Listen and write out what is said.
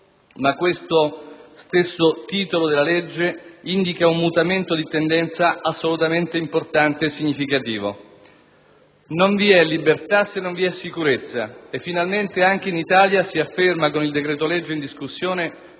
a tutela dell'ordine pubblico», bensì indica un mutamento di tendenza assolutamente importante e significativo. Non vi è libertà se non vi è sicurezza, e finalmente anche in Italia si afferma, con il decreto-legge in discussione,